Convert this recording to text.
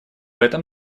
этом